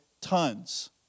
Tons